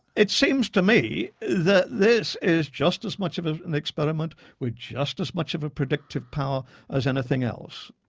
it seems to me that this is just as much of of an experiment with just as much of a predictive power as anything else.